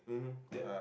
mmhmm can